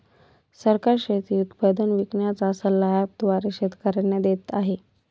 सरकार शेती उत्पादन विकण्याचा सल्ला ॲप द्वारे शेतकऱ्यांना देते आहे